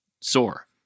sore